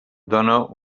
dóna